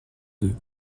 d’eux